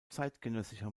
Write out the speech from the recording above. zeitgenössischer